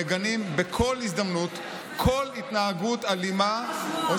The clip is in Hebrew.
מגנים בכל הזדמנות כל התנהגות אלימה או